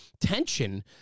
tension